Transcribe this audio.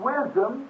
Wisdom